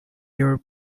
your